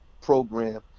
program